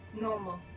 normal